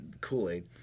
Kool-Aid